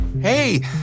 Hey